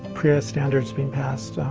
prea standards being passed,